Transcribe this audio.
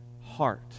heart